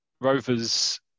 Rovers